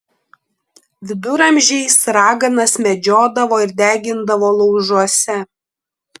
viduramžiais raganas medžiodavo ir degindavo laužuose